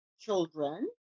children